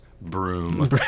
Broom